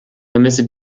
vermisse